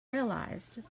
realized